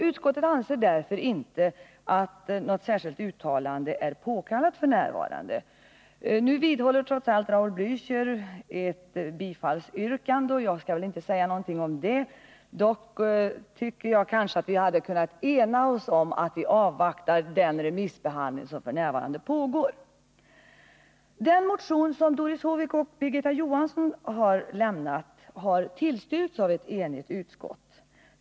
Utskottet anser därför inte att något särskilt uttalande är påkallat f. n. Raul Blächer yrkar trots detta bifall till motionen. Jag skall inte säga något om det, annat än att jag tycker att vi kunde ha enat oss om att avvakta den remissbehandling som f. n. pågår. Den motion som Doris Håvik och Birgitta Johansson har väckt har tillstyrkts av ett enigt utskott.